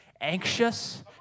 anxious